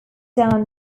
down